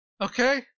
Okay